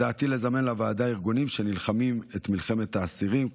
בדעתי לזמן לוועדה ארגונים שנלחמים את מלחמת האסירים,